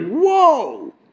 Whoa